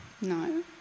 No